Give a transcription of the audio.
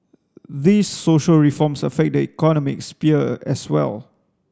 these social reforms affect the economic sphere as well